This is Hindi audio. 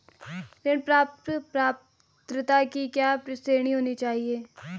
ऋण प्राप्त पात्रता की क्या श्रेणी होनी चाहिए?